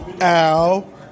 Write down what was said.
Al